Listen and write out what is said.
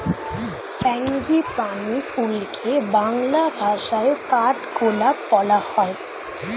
frangipani ফুলকে বাংলা ভাষায় কাঠগোলাপ বলা হয়